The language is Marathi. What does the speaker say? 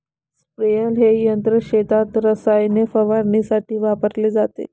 स्प्रेअर हे यंत्र शेतात रसायने फवारण्यासाठी वापरले जाते